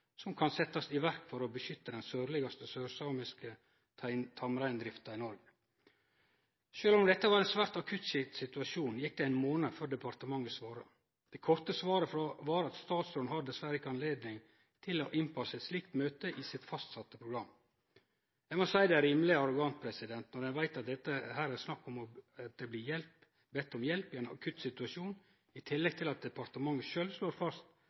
som kunne setjast i verk for å beskytte den sørlegaste sørsamiske tamreindrifta i Norge. Sjølv om dette var ein svært akutt situasjon, gjekk det ein månad før departementet svara. Det korte svaret var at statsråden dessverre ikkje hadde høve til å passe eit slikt møte inn i sitt fastsette program. Eg må seie det er rimeleg arrogant når ein veit at det er snakk om at det blir bedd om hjelp i ein akutt situasjon, i tillegg til at departementet sjølv slår fast